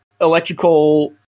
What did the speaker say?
electrical